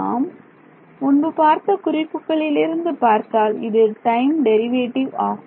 நாம் முன்பு பார்த்த குறிப்புகளிலிருந்து பார்த்தால் இது டைம் டெரிவேட்டிவ் ஆகும்